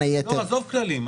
עזוב כללים.